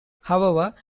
however